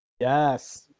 Yes